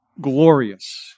glorious